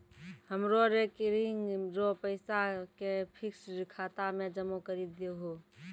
हमरो रेकरिंग रो पैसा के फिक्स्ड खाता मे जमा करी दहो